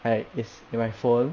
I it's in my phone